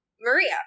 Maria